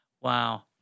wow